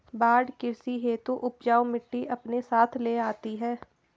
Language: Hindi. बाढ़ कृषि हेतु उपजाऊ मिटटी अपने साथ ले आती है